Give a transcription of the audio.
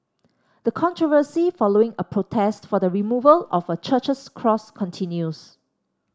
the controversy following a protest for the removal of a church's cross continues